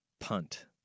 punt